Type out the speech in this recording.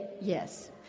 yes